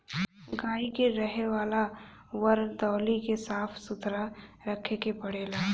गाई के रहे वाला वरदौली के साफ़ सुथरा रखे के पड़ेला